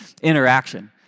interaction